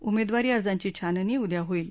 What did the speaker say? उमेदवारी अर्जांची छाननी उद्या होईल